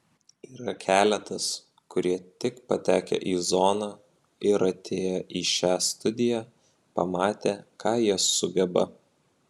yra keletas kurie tik patekę į zoną ir atėję į šią studiją pamatė ką jie sugeba